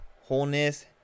wholeness